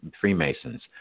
Freemasons